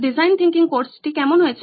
design thinking কোর্সটি কেমন হয়েছে